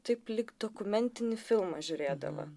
taip lyg dokumentinį filmą žiūrėdama